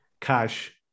cash